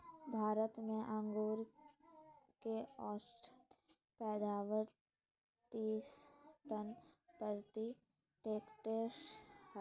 भारत में अंगूर के औसत पैदावार तीस टन प्रति हेक्टेयर हइ